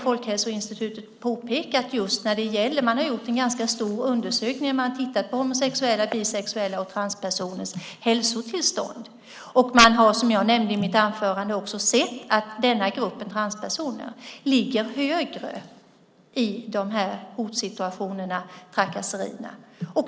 Folkhälsoinstitutet har gjort en ganska stor undersökning där man har tittat på homosexuellas, bisexuellas och transpersoners hälsotillstånd. Man har, som jag nämnde i mitt anförande, också sett att gruppen transpersoner ligger högre när det gäller de här hotsituationerna, trakasserierna.